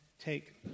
take